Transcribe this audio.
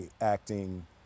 acting